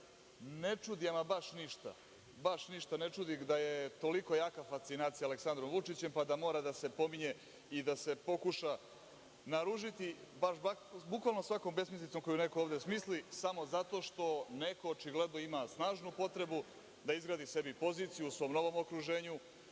Ne čudi me, ama baš ništa, da je toliko jaka fascinacija Aleksandra Vučića, pa da mora da se pominje i da se pokuša naružiti, bukvalno svakom besmislicom koju ovde neko smisli, samo zato što neko očigledno ima snažnu potrebu da izgradi sebi poziciju u svom novom okruženju,